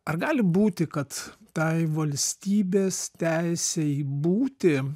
ar gali būti kad tai valstybės teisei būti